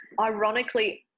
ironically